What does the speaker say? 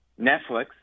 Netflix